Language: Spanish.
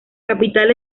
capital